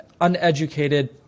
uneducated